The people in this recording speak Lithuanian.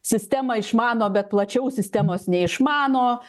sistemą išmano bet plačiau sistemos neišmano